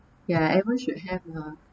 ya everyone should have lah